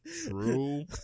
true